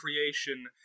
creation